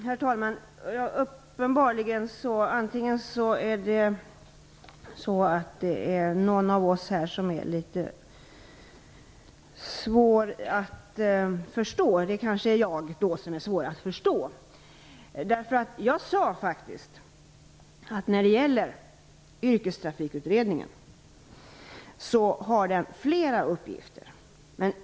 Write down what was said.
Herr talman! Det är uppenbart att det är någon av oss som det är litet svårt att förstå - det kanske är jag. Jag sade faktiskt att Yrkestrafikutredningen har flera uppgifter.